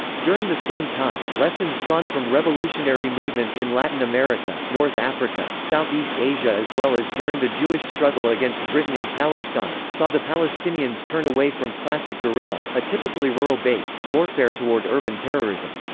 during the same time, lessons drawn from revolutionary movements in latin america, north africa, southeast asia as well as during the jewish struggle against britain in palestine, saw the palestinians turn away from classic guerrilla, a typically rural-based, warfare toward urban terrorism.